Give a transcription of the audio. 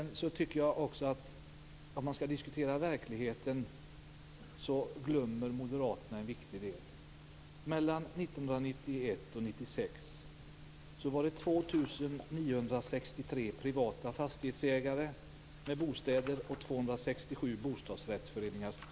När vi skall diskutera verkligheten glömmer moderaterna en viktig del. Mellan 1991 och 1996 var det privata fastighetsägare och bostadsrättsföreningar.